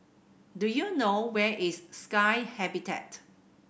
do you know where is Sky Habitat